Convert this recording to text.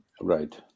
Right